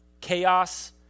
chaos